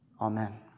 Amen